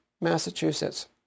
Massachusetts